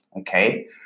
okay